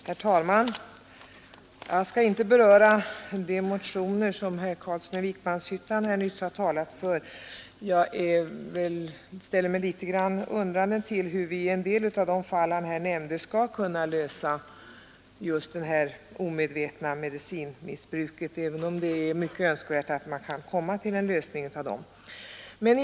Herr talman! Jag skall inte beröra de motioner som herr Karlsson i Vikmanshyttan nu har talat för — jag ställer mig litet undrande till hur vi skall kunna lösa frågan om det omedvetna medicinmissbruket, även om jag erkänner att det är önskvärt att den löses.